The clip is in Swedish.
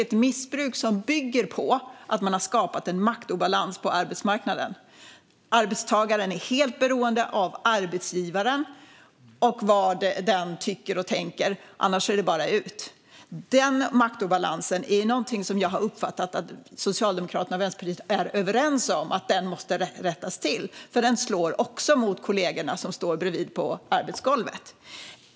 Detta missbruk bygger på att man har skapat en maktobalans på arbetsmarknaden. Arbetstagaren är helt beroende av arbetsgivaren och av vad den tycker och tänker - annars är det bara ut! Jag har uppfattat att Socialdemokraterna och Vänsterpartiet är överens om att denna maktobalans är någonting som måste rättas till, för den slår också mot kollegorna som står bredvid på arbetsgolvet.